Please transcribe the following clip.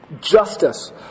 justice